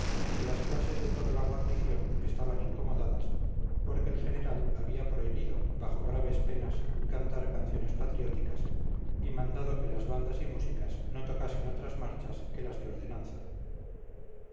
que las clases de toda la guarnición estaban incomodadas porque el general había prohibido bajo graves penas cantar canciones patrióticas y mandado que las bandas y músicas no tocasen otras marchas que las de ordenanza